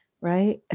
Right